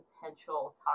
potential